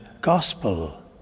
gospel